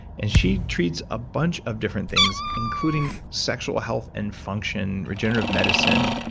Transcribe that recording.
and she treats a bunch of different things including sexual health and function, regenerative medicine,